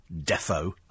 defo